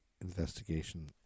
investigation